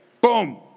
Boom